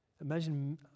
Imagine